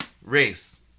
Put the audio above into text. Race